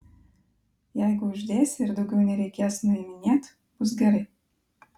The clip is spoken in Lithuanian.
jeigu uždėsi ir daugiau nereikės nuiminėt bus gerai